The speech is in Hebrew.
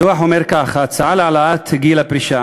הדוח אומר כך: "ההצעה להעלאת גיל הפרישה